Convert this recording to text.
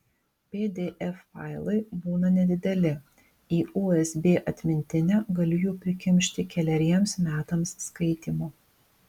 pdf failai būna nedideli į usb atmintinę galiu jų prikimšti keleriems metams skaitymo